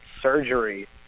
surgery